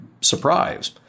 surprise